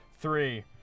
Three